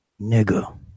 nigga